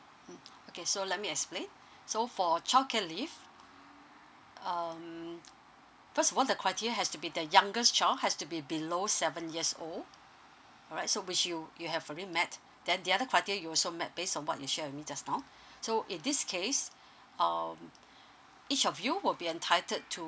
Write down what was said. mm okay so let me explain so for childcare leave um cause the criteria has to be the youngest child has to be below seven years old alright so which you you have already met there will be another criteria you also met based on what you share with me just now so in this case um each of you will be entitled to